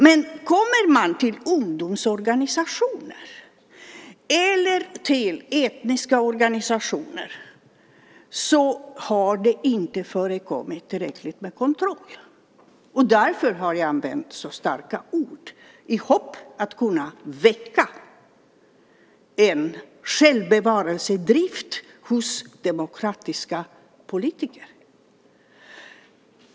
Men kommer man till ungdomsorganisationer eller till etniska organisationer har det inte förekommit tillräckligt med kontroll. Därför har jag använt så starka ord i hopp om att kunna väcka en självbevarelsedrift hos demokratiska politiker.